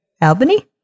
Albany